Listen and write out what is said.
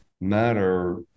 matter